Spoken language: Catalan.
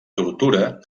tortura